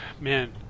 man